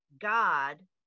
God